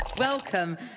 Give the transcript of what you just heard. Welcome